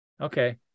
Okay